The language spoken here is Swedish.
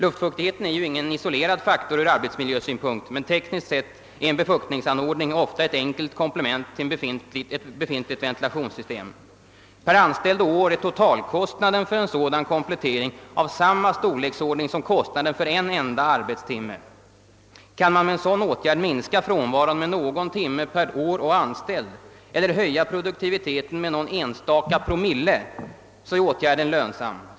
Luftfuktigheten är ju ingen isolerad faktor ur arbetsmiljösynpunkt, men tekniskt sett är en befuktningsanordning ofta ett enkelt komplement till ett befintligt ventilationssystem. Per anställd och år är totalkostnaden för en sådan komplettering av samma storleksordning som kostnaden för en enda arbetstimme. Kan man med en sådan åtgärd minska frånvaron med någon timme per år och anställd eller höja produktiviteten med någon enstaka promille, så är åtgärden lönsam.